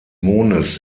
mondes